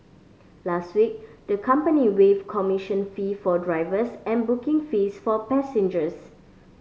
last week the company waived commission fee for drivers and booking fees for passengers